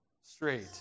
straight